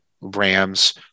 Rams